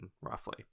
roughly